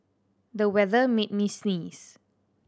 the weather made me sneeze